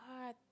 God